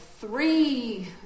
three